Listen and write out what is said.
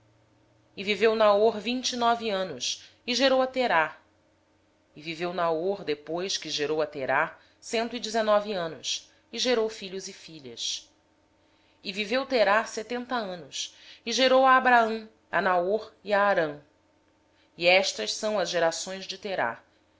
naor viveu vinte e nove anos e gerou a tera viveu naor depois que gerou a tera cento e dezenove anos e gerou filhos e filhas tera viveu setenta anos e gerou a abrão a naor e a harã estas são as gerações de tera